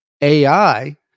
AI